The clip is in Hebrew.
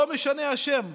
לא משנה השם.